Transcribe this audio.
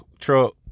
Truck